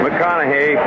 McConaughey